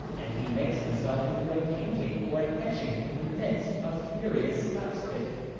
and he makes himself into a painting or an etching in the midst of furious slapstick.